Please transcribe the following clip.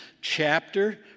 chapter